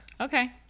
Okay